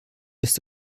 ist